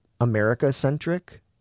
America-centric